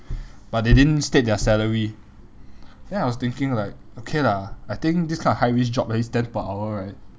but they didn't state their salary then I was thinking like okay lah I think this kind of high risk job is ten per hour right